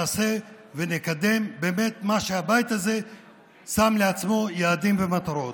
נעשה ונקדם באמת מה שהבית הזה שם לעצמו יעדים ומטרות.